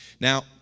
Now